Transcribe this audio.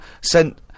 sent